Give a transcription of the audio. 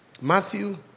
Matthew